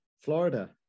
Florida